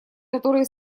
которые